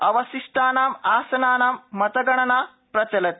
अवशिष्टानाम आसनानां मतगणना प्रचलति